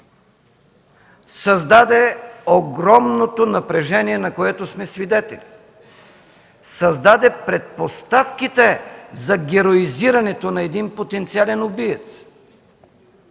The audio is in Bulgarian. създаде огромно напрежение, на което сме свидетели, създаде предпоставките за героизирането на един потенциален убиец.